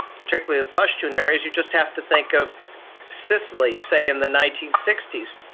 particularly the pashtun areas, you just have to think of sicily, say in the nineteen sixty s,